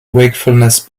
wakefulness